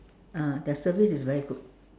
ah their service is very good